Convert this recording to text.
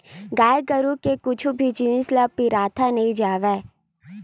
गाय गरुवा के कुछु भी जिनिस ह बिरथा नइ जावय